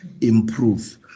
improve